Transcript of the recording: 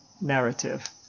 narrative